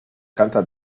canta